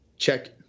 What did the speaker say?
Check